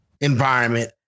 environment